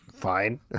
Fine